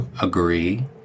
agree